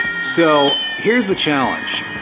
so here's the challenge.